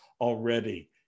already